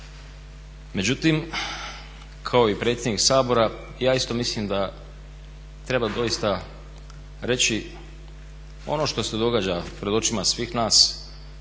Međutim kao i predsjednik Sabora ja isto mislim da treba doista reći ono što se događa pred očima svih nas,